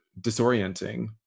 disorienting